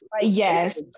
Yes